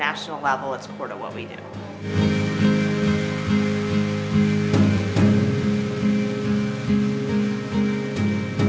national level it's m